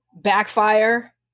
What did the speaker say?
backfire